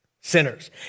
sinners